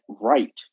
right